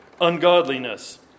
ungodliness